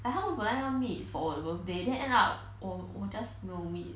like 他们本来要 meet for 我的 birthday then end up 我我 just 没有 meet